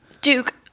Duke